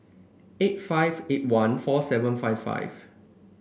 eight five eight one four seven five five